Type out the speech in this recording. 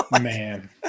Man